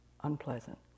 unpleasant